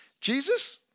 Jesus